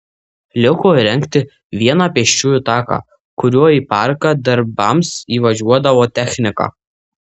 liko įrengti vieną pėsčiųjų taką kuriuo į parką darbams įvažiuodavo technika